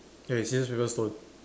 okay scissors paper stone